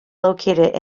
located